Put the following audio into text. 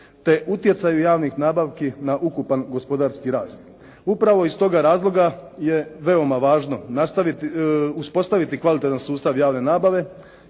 te utjecaju javnih nabavki na ukupan gospodarski rast. Upravo iz toga razloga je veoma važno uspostaviti kvalitetan sustav javne nabave